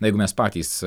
na jeigu mes patys